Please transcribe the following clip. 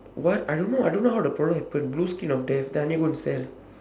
what I don't know I don't know how the product happen blue screen of death then I need to go and sell